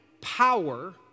power